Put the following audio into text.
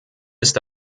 ist